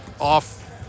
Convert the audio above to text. off